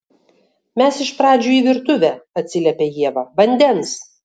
mes iš pradžių į virtuvę atsiliepia ieva vandens